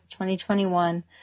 2021